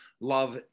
Love